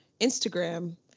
Instagram